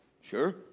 Sure